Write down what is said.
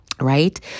Right